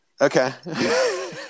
Okay